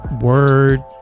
word